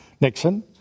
Nixon